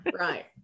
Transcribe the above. right